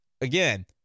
Again